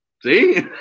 See